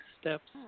steps